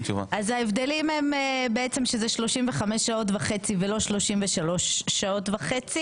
ההבדלים הם שזה 35.5 שעות ולא 33.5 שעות.